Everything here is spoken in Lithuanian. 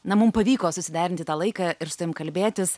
na mum pavyko susiderinti tą laiką ir su tavim kalbėtis